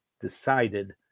decided